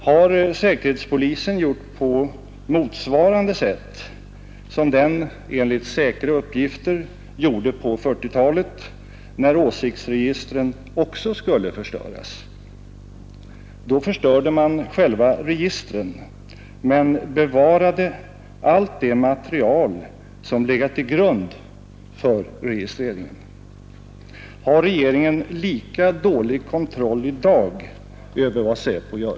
Har säkerhetspolisen gjort på motsvarande sätt som den, enligt egna uppgifter, gjorde på 1940-talet, när åsiktsregistren också skulle förstöras? Då förstörde man själva registren men bevarade allt det material som legat till grund för registreringen. Har regeringen lika dålig kontroll i dag över vad SÄPO gör?